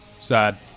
Sad